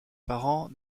parents